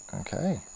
Okay